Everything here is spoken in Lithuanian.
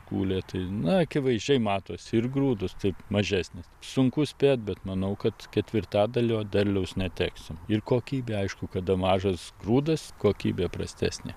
kūlė tai na akivaizdžiai matosi ir grūdus taip mažesnis sunku spėt bet manau kad ketvirtadalio derliaus neteksim ir kokybė aišku kada mažas grūdas kokybė prastesnė